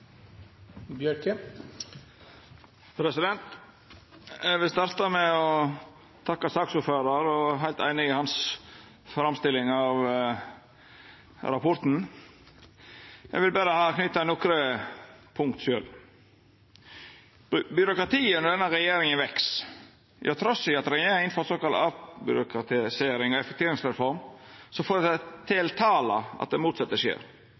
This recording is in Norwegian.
Eg vil starta med å takka saksordføraren. Eg er heilt einig i framstillinga hans av rapporten, eg vil berre leggja til nokre punkt sjølv. Byråkratiet veks med denne regjeringa. Trass i at regjeringa har innført ei såkalla avbyråkratiserings- og effektiviseringsreform, fortel tala at det motsette skjer.